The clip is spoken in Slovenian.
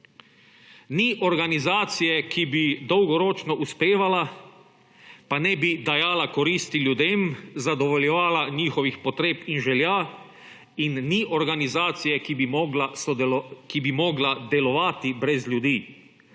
Ni organizacije, ki bi dolgoročno uspevala, pa ne bi dajala koristi ljudem, zadovoljevala njihovih potreb in želja, in ni organizacije, ki bi mogla delovati brez ljudi.